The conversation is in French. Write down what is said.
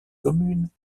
communes